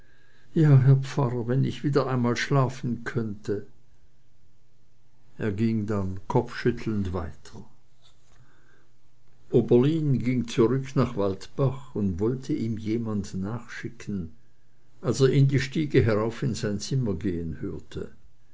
ja herr pfarrer wenn ich wieder einmal schlafen könnte er ging dann kopfschüttelnd weiter oberlin ging zurück nach waldbach und wollte ihm jemand nachschicken als er ihn die stiege herauf in sein zimmer gehen hörte